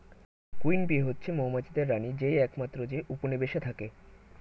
queen bee হচ্ছে মৌমাছিদের রানী যেই একমাত্র যে উপনিবেশে থাকে